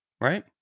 right